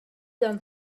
han